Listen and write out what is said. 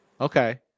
Okay